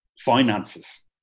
finances